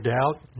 doubt